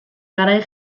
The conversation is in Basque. garai